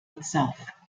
itself